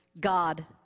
God